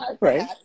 right